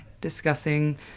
discussing